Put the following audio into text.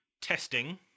testing